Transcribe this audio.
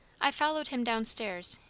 i followed him down-stairs,